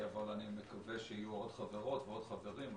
אני מקווה שיהיו עוד חברות ועוד חברים.